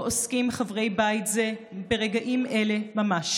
שבו עוסקים חברי בית זה ברגעים אלה ממש: